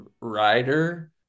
writer